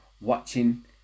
watching